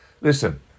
listen